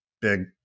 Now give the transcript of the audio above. Big